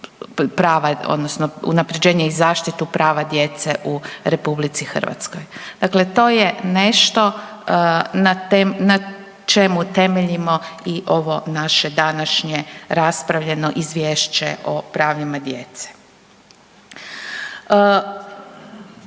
odnosno unapređenje i zaštitu prava djece u RH, dakle to je nešto na čemu temeljimo i ovo naše današnje raspravljeno izvješće o pravima djece.